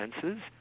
senses